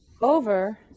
over